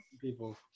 people